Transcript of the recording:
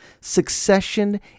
Succession